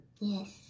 Yes